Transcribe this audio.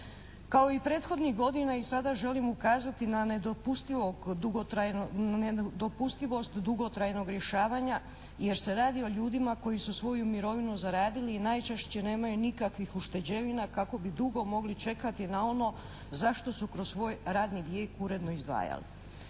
Kao i prethodnih godina i sada želim ukazati na nedopustivo dugotrajno, na nedopustivost dugotrajnog rješavanja jer se radi o ljudima koji su svoju mirovinu zaradili i najčešće nemaju nikakvih ušteđevina kako bi dugo mogli čekati na ono za što su kroz svoj radni uredno izdvajali.